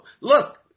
Look